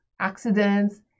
accidents